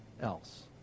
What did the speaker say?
else